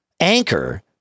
Anchor